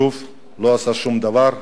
שוב, לא עושה שום דבר,